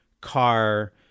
car